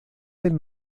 del